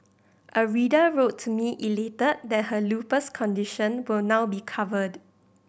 a reader wrote to me elated that her lupus condition will now be covered